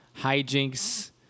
hijinks